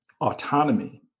autonomy